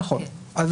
נכון.